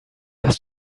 dass